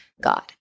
God